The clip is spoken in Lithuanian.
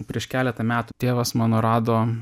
prieš keletą metų tėvas mano rado